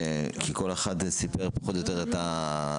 כי כל אחד סיפר פחות או יותר את הקושי